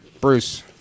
Bruce